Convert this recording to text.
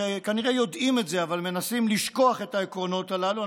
שכנראה יודעים את זה אבל מנסים לשכוח את העקרונות הללו,